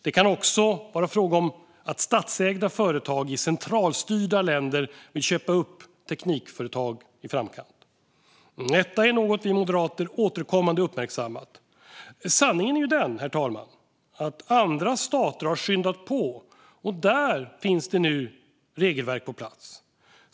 Det kan också vara fråga om att statsägda företag i centralstyrda länder vill köpa upp teknikföretag i framkant. Detta är något som vi moderater återkommande har uppmärksammat. Sanningen är den, herr talman, att andra stater har skyndat på. Där finns det nu regelverk på plats.